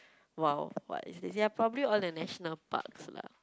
!wow! what is this ya probably all the national parks lah